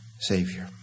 Savior